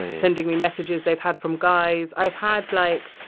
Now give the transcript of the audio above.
sending me messages they've had from guys. i've had, like,